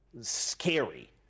scary